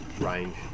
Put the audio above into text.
range